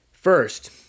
First